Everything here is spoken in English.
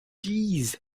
jeez